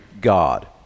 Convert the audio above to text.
god